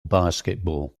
basketball